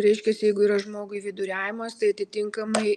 reiškias jeigu yra žmogui viduriavimas tai atitinkamai